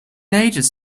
ages